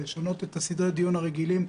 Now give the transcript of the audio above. לשנות את סדרי הדיון הרגילים.